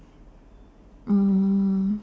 mm